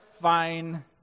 fine